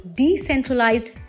decentralized